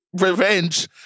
revenge